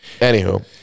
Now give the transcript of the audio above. Anywho